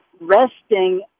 resting